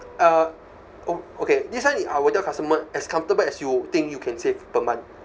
uh o~ okay this [one] i~ I will tell customer as comfortable as you think you can save per month